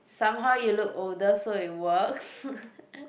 somehow you look older so it works